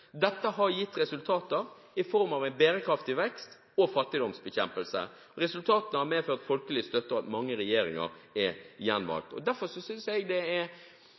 Dette har gitt resultater i form av en bærekraftig vekst og fattigdomsbekjempelse. Resultatene har medført folkelig støtte, og at mange regjeringer er gjenvalgt. Derfor synes jeg det er